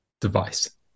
device